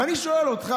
ואני שואל אותך,